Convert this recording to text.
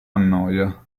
annoia